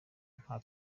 nta